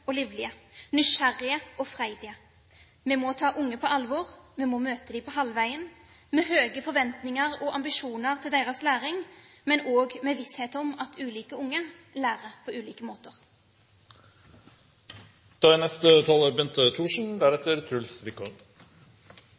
og livlige, nysgjerrige og freidige. Vi må ta unge på alvor. Vi må møte dem på halvveien, med høye forventninger og ambisjoner om deres læring, men også med visshet om at ulike unge lærer på ulike måter. Endelig er